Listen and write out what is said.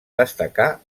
destacar